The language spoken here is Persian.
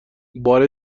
بار